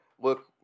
look